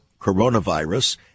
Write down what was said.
coronavirus